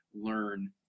learn